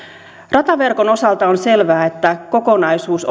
rataverkon osalta on selvää että kokonaisuus